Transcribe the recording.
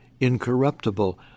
incorruptible